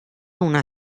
una